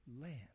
land